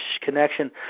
connection